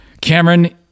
Cameron